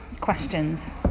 questions